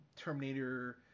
Terminator –